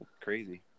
Crazy